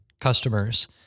customers